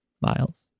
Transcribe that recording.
miles